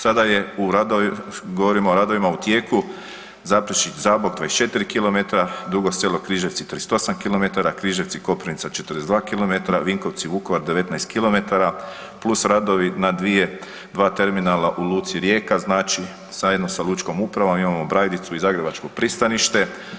Sada je u, govorimo o radovima u tijeku Zaprešić-Zabok 24 km, Dugo Selo-Križevci 38 km, Križevci-Koprivnica 42 km, Vinkovci-Vukovar 19 km plus radovi na dva terminala u luci Rijeka, znači zajedno sa lučkom upravom imamo i Brajdicu i Zagrebačko pristanište.